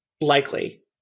likely